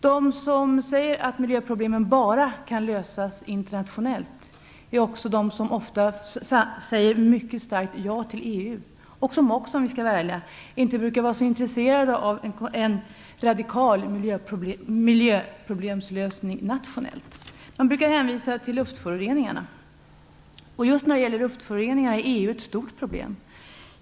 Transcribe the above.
De som säger att miljöproblemen bara kan lösas internationellt är ofta de som mycket starkt säger ja till EU. Om vi skall vara ärliga är det också de som inte brukar vara så intresserade av en radikal miljöproblemlösning nationellt. De brukar hänvisa till luftföroreningarna. Just när det gäller luftföroreningarna är EU ett stort problem.